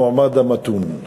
המועמד המתון.